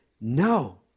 no